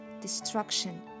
destruction